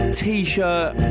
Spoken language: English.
t-shirt